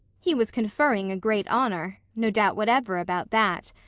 he was conferring a great honor no doubt whatever about that.